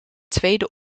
tweede